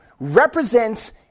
represents